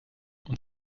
und